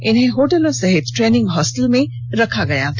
इन्हें होटलों सहित ट्रेनिग हॉस्टल में रखा गया था